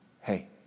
hey